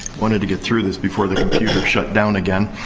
wanted to get through this before the computer shut down again.